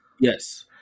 Yes